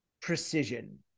precision